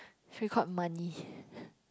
free called money